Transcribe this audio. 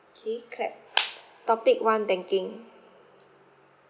okay clap topic one banking